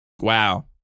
Wow